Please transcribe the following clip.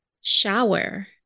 shower